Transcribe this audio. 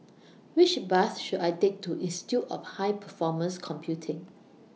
Which Bus should I Take to Institute of High Performance Computing